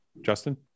justin